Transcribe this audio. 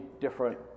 different